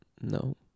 No